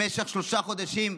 במשך שלושה חודשים,